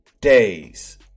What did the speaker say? days